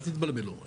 אל תתבלבלו,